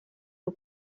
duu